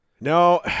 No